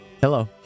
Hello